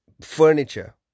furniture